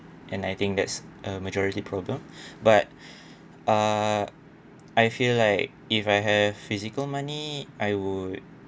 and I think that's a majority problem but ah I feel like if I have physical money I would